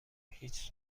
هیچ